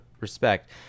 respect